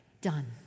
done